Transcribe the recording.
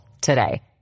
today